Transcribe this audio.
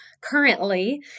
currently